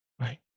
right